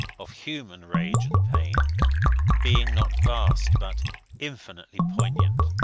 of human rage and pain being not vast but infinitely poignant.